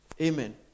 Amen